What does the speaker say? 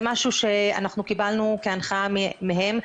זה משהו שקיבלנו כהנחיה מהם,